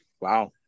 wow